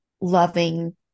loving